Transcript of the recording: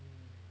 !haiya!